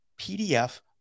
PDF